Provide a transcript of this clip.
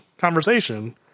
conversation